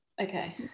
Okay